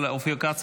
אבל אופיר כץ,